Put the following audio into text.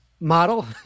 model